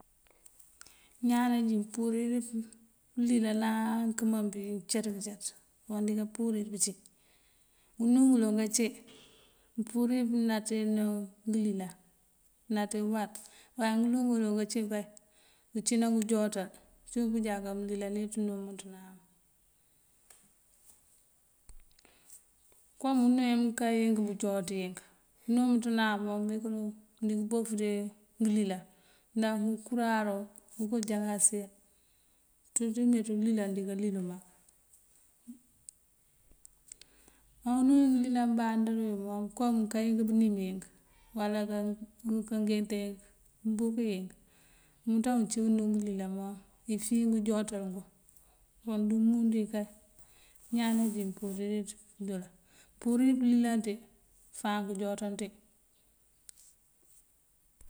Ñaan najín purirëţ pëlilan náa nukëma bí cat këcat waŋ dika purir pëcí. Ngënú ngëloŋ kací mëmpurir pënaţe ná ngëlilan, kënaţe uwar. Má ngënú ngëloŋ kací rek ná ngëjooţal cúuwun pëjáka mënlilan unú umënţanana wuŋ. Kom unú wí mënká wí bëjooţ ink unú umënţanna wuŋ mëndiŋ bof dí ngëlilan ndah ngëkuráaru ngënko jahasir. Ţul ţí meeţuŋ ulilan dika lil mak. Á unú wí ngëlialn bandí wí kom mënká yink bënim yink wala kangeente yink mëmbúk yink umenţa wuŋ cíwun ngëlilan mom ifíin ngëjooţal nguŋ. Kon dí umundu wí kay ñaan najín purirëţ pëdoolan mëmpurir pëlilan ţí fáan këjooţan ţí.